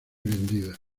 vendida